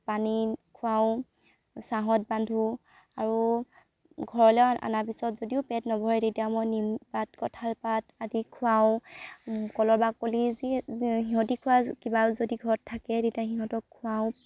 পানী খুৱাওঁ ছাঁহত বান্ধো আৰু ঘৰলৈ আনাৰ পিছত যদিও পেট নভৰে তেতিয়া মই নিমপাত কঁঠাল পাত আদি খুৱাওঁ কলৰ বাকলি যি যি সিহঁতি খোৱা কিবাও যদি ঘৰত থাকে তেতিয়া সিহঁতক খুৱাওঁ